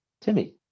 Timmy